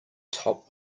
top